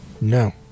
No